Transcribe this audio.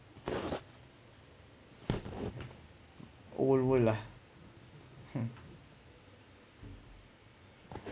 old world lah hmm